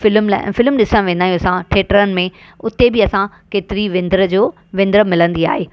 film लाइ film ॾिसण वेंदा आहियूं असां थेटरनि में उते बि असां केतरी विंदुर जो विंदुर मिलंदी आहे